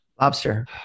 Lobster